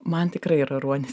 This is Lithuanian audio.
man tikrai yra ruonis